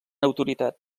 autoritat